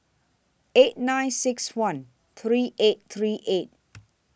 eight nine six one three eight three eight